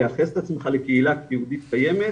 לייחס את עצמך לקהילה יהודית קיימת,